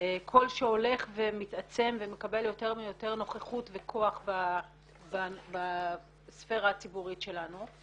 קול שהולך ומתעצם ומקבל יותר ויותר נוכחות וכוח בספירה הציבורית שלנו.